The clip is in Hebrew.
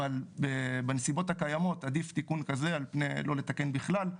אבל בנסיבות הקיימות עדיף תיקון כזה על פני לא לתקן בכלל,